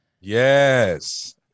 yes